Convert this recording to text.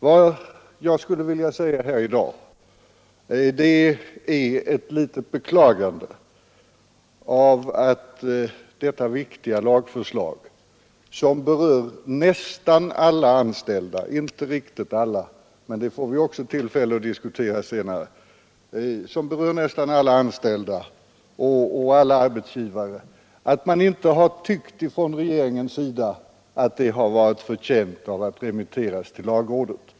Vad jag skulle vilja framföra här i dag är ett beklagande av att man från regeringens sida inte har tyckt att detta viktiga lagförslag, som berör nästan alla anställda — inte riktigt alla, men det får vi också tillfälle att diskutera senare — och alla arbetsgivare, har varit förtjänt av att remitteras till lagrådet.